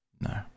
No